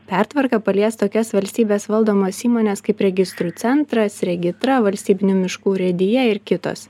pertvarka palies tokias valstybės valdomas įmones kaip registrų centras regitra valstybinių miškų urėdija ir kitos